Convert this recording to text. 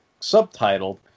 subtitled